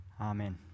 amen